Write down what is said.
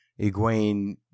Egwene